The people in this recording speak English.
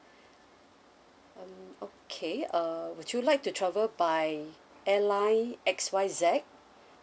um okay uh would you like to travel by airline X Y Z